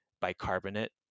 bicarbonate